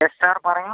S sir പറയൂ